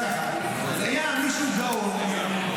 היה מישהו גאון,